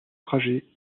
trajet